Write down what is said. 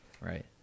Right